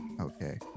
Okay